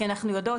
כי אנחנו יודעות,